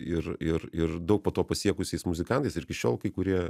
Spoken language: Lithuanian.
ir ir ir daug po to pasiekusiais muzikantais ir iki šiol kai kurie